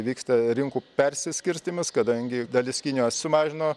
vyksta rinkų persiskirstymas kadangi dalis kinijos sumažino